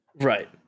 Right